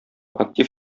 актив